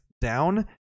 down